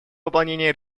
выполнения